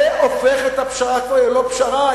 זה הופך את הפשרה כבר ללא פשרה,